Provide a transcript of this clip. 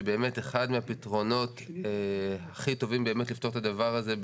שבאמת אחד מהפתרונות הכי טובים באמת לפתור את הדבר הזה,